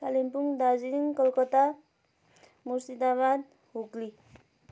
Kalimpong Darjeeling Calcutta Murshidabad Hooghly